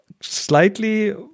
slightly